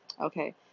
okay